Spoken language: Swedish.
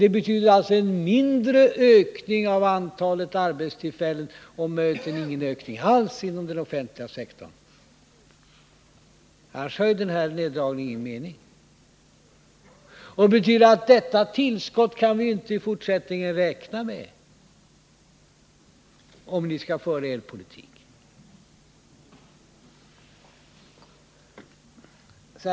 Det betyder alltså en mindre ökning av antalet arbetstillfällen och ingen ökning alls inom den offentliga sektorn — annars har denna neddragning ingen mening. Detta tillskott kan vi således inte räkna med i fortsättningen, om ni skall föra er politik.